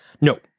No